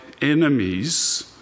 enemies